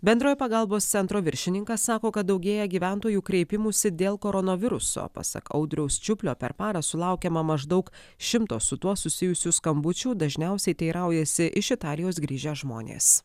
bendrojo pagalbos centro viršininkas sako kad daugėja gyventojų kreipimųsi dėl koronaviruso pasak audriaus čiuplio per parą sulaukiama maždaug šimto su tuo susijusių skambučių dažniausiai teiraujasi iš italijos grįžę žmonės